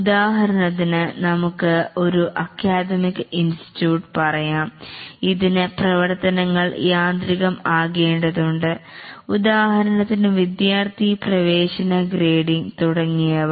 ഉദാഹരണത്തിന് നമുക്ക് ഒരു അക്കാദമിക ഇൻസ്റ്റ്യൂട്ട് പറയാം ഇതിന് പ്രവർത്തനങ്ങൾ യാന്ത്രികം ആകേണ്ടതുണ്ട് ഉദാഹരണത്തിന് വിദ്യാർത്ഥി പ്രവേശന ഗ്രേഡിങ് തുടങ്ങിയവ